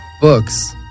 books